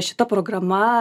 šita programa